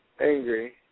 Angry